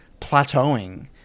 plateauing